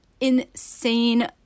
insane